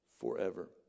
forever